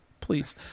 please